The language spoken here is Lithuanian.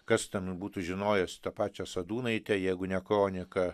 kas ten būtų žinojęs tą pačią sadūnaitę jeigu ne kronika